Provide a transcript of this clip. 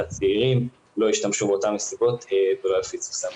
שהצעירים לא ישתמשו באותן מסיבות ולא יפיצו סמים.